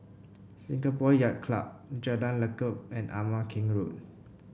Singapore Yacht Club Jalan Lekub and Ama Keng Road